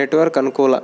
network ಅನುಕೂಲ